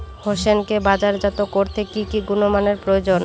হোসেনকে বাজারজাত করতে কি কি গুণমানের প্রয়োজন?